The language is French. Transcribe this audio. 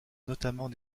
notamment